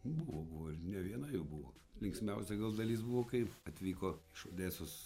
buvo buvo ir ne viena jų buvo linksmiausia gal dalis buvo kaip atvyko iš odesos